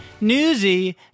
Newsy